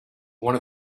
one